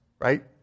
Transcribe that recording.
right